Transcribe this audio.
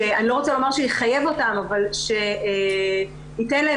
אני לא רוצה לומר שיחייב אותם אבל שייתן להם